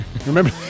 Remember